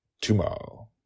tomorrow